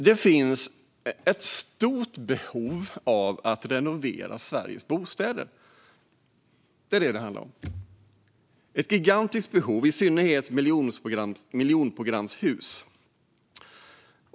Det finns ett stort behov av att renovera Sveriges bostäder - det är vad detta handlar om. Behovet är gigantiskt, i synnerhet vad gäller miljonprogramshus.